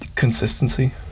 consistency